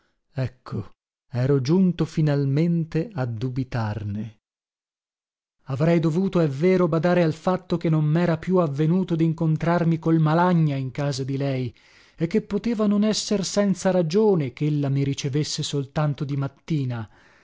ecco ero giunto finalmente a dubitarne avrei dovuto è vero badare al fatto che non mera più avvenuto dincontrarmi col malagna in casa di lei e che poteva non esser senza ragione chella mi ricevesse soltanto di mattina